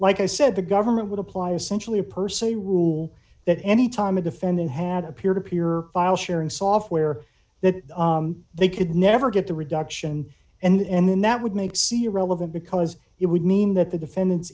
like i said the government would apply essentially a per se rule that anytime a defendant had a peer to peer file sharing software that they could never get the reduction and then that would make c irrelevant because it would mean that the defendant